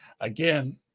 Again